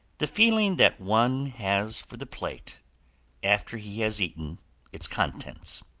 the feeling that one has for the plate after he has eaten its contents,